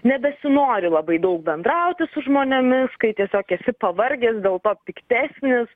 nebesinori labai daug bendrauti su žmonėmis kai tiesiog esi pavargęs dėl to piktesnis